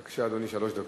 בבקשה, אדוני, שלוש דקות.